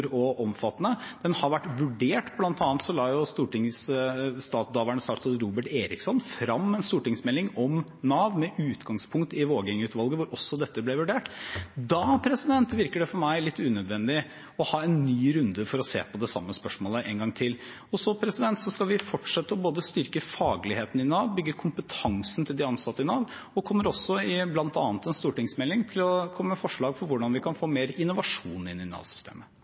og omfattende. Den har vært vurdert. Blant annet la tidligere statsråd Robert Eriksson fram en stortingsmelding om Nav, med utgangspunkt i Vågeng-utvalget, der også dette ble vurdert. Da virker det for meg litt unødvendig å ha en ny runde for å se på det samme spørsmålet en gang. Vi skal fortsette både å styrke fagligheten i Nav, å bygge kompetansen til de ansatte i Nav og kommer også bl.a. i en stortingsmelding til å komme med forslag til hvordan vi kan få mer innovasjon inn i